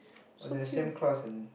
I was in the same class and